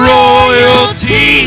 royalty